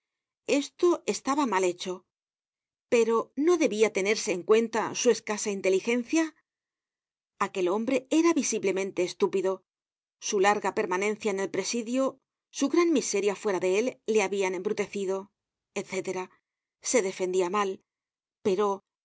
esto estaba mal hecho pero no debia tenerse en cuenta su escasa inteligencia aquel hombre era visiblemente estúpido su larga permanencia en el presidio su gran miseria fuera de él le habian embrutecido etc se defendia mal pero